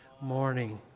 morning